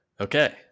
Okay